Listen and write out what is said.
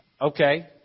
Okay